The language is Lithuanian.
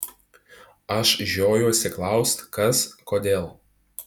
aš žiojuosi klaust kas kodėl